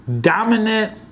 dominant